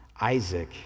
Isaac